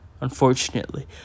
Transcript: Unfortunately